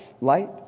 light